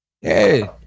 Hey